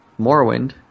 Morrowind